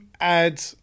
add